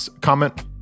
Comment